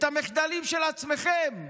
את המחדלים של עצמכם?